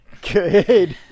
Good